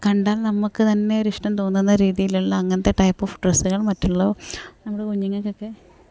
കണ്ടാല് നമുക്ക് തന്നെ ഒരിഷ്ടം തോന്നുന്ന രീതിയിലുള്ള അങ്ങനെത്തെ ടൈപ്പ് ഓഫ് ഡ്രസ്സുകള് മറ്റുള്ള നമ്മുടെ കുഞ്ഞുങ്ങൾക്ക് ഒക്കെ